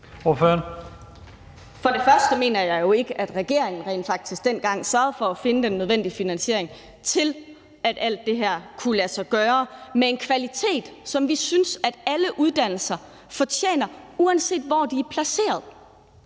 og fremmest mener jeg jo ikke, at regeringen rent faktisk dengang sørgede for at finde den nødvendige finansiering til, at alt det her kunne lade sig gøre – med en kvalitet, som vi synes at alle uddannelser fortjener, uanset hvor de er placeret.